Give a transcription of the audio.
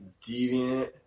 Deviant